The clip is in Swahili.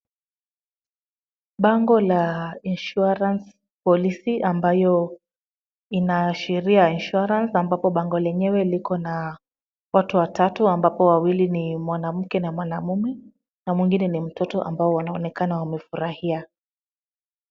Bango la Insurance Policy ambayo inaashiria insurance ambapo bango lenyewe liko na watu watatu ambapo wawili ni mwanamke na mwanamume na mwingine ni mtoto ambao wanaonekana wamefurahia.